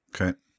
Okay